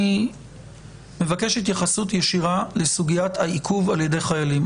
אני מבקש התייחסות ישירה לסוגיית העיכוב על ידי חיילים.